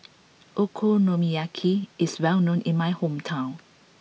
Okonomiyaki is well known in my hometown